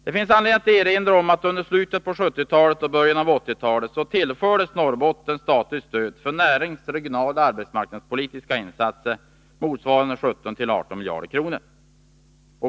Det finns anledning att erinra om att Norrbotten under slutet av 1970-talet och början av 1980-talet tillfördes statligt stöd för närings-, regionaloch arbetsmarknadspolitiska insatser motsvarande ca 17-18 miljarder kronor.